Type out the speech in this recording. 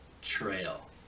Trail